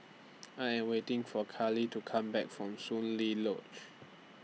I Am waiting For Karlie to Come Back from Soon Lee Lodge